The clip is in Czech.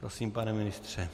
Prosím, pane ministře.